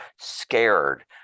scared